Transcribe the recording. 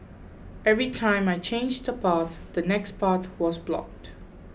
every time I changed a path the next path was blocked